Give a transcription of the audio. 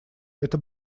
эта